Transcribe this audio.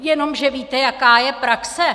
Jenomže víte, jaká je praxe?